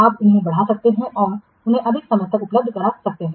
आप उन्हें बढ़ा सकते हैं और उन्हें अधिक समय तक उपलब्ध करा सकते हैं